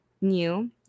new